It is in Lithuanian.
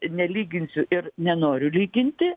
nelyginsiu ir nenoriu lyginti